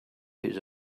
his